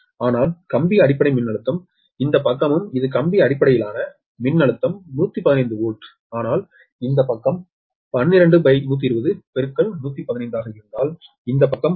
ஆனால் கம்பி அடிப்படை மின்னழுத்தம் இந்த பக்கமும் இது கம்பி அடிப்படையிலான மின்னழுத்தம் 115 வோல்ட் ஆனால் இந்த பக்கம் 12120115 ஆக இருந்தால் இந்த பக்கம் 11